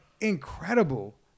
incredible